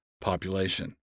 population